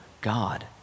God